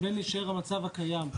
בין להישאר המצב הקיים,